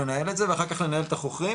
לנהל את זה ואחר כך לנהל את החוכרים